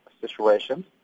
situation